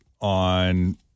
on